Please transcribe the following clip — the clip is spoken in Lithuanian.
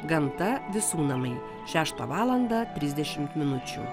gamta visų namai šeštą valandą trisdešimt minučių